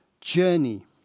journey